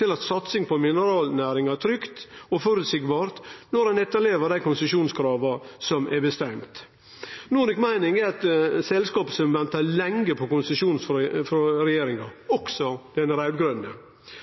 på at satsing på mineralnæringa er trygg og føreseieleg, når ein etterlever dei konsesjonskrava som er bestemde. Nordic Mining er eit selskap som har venta lenge på konsesjon frå regjeringa, også den